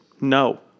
no